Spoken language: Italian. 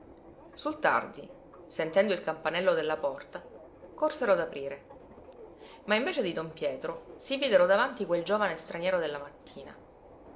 sul tardi sentendo il campanello della porta corsero ad aprire ma invece di don pietro si videro davanti quel giovine straniero della mattina